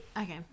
Okay